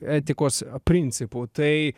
etikos principų tai